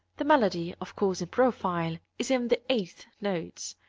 the melody, of course in profile, is in the eighth notes.